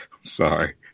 Sorry